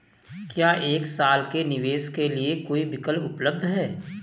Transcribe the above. क्या एक साल के निवेश के लिए कोई विकल्प उपलब्ध है?